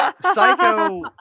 psycho